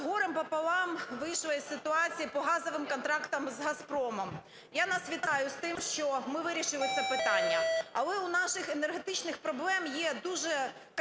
горем пополам вийшла із ситуації по газовим контрактам з "Газпромом". Я нас вітаю з тим, що ми вирішили це питання. Але у наших енергетичних проблем є дуже конкретний